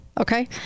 Okay